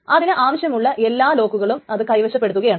അതിന് ആവശ്യമുള്ള എല്ലാ ലോക്കുകളും അത് കൈവശപ്പെടുത്തുകയാണ്